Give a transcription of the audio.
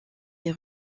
les